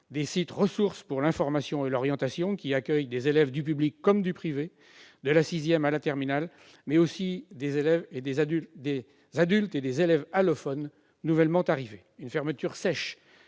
des sites ressources pour l'information et l'orientation. Ils accueillent non seulement des élèves du public comme du privé, de la sixième à la terminale, mais aussi des adultes et des élèves allophones nouvellement arrivés. Une fermeture sèche